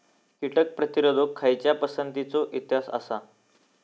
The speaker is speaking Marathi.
कीटक प्रतिरोधक खयच्या पसंतीचो इतिहास आसा?